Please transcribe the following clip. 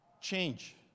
change